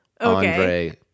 Andre